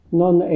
non